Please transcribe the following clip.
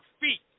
feet